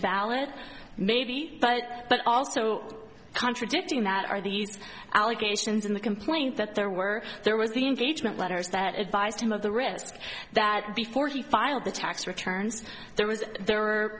valid maybe but but also contradicting that are these allegations in the complaint that there were there was the engagement letters that advised him of the risk that before he filed the tax returns there was there